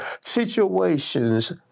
situations